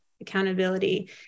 accountability